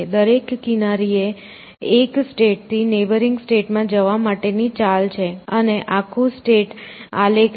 દરેક કિનારી એ એક સ્ટેટ થી નેબરિંગ સ્ટેટ માં જવા માટેની ચાલ છે અને આખું સ્ટેટ આલેખ છે